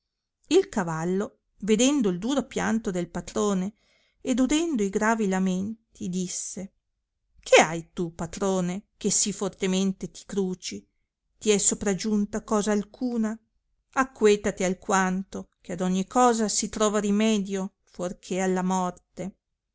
il cavallo vedendo il duro pianto del patrone ed udendo i gravi lamenti disse che hai tu patrone che sì fortemente ti cruci ti è sopragiunta cosa alcuna acquetati alquanto che ad ogni cosa si trova rimedio fuor che alla morte